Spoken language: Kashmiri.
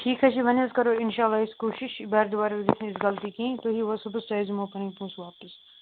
ٹھیٖک حظ چھِ وۄنۍ حظ کَرو اِنشاء اللہ أسۍ کوٗشِش بارِدُبار حظ گژھِ نہٕ یِژھ غلطی کیٚنٛہہ تُہۍ یِیِو حظ صُبحس تۄہہِ حظ دِمو پنٕنۍ پونٛسہٕ واپس